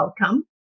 welcome